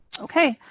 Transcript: okay.